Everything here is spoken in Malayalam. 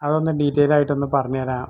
അത് ഒന്ന് ഡീറ്റെയിലായിട്ട് ഒന്ന് പറഞ്ഞ് തരാം